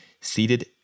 seated